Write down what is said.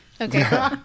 Okay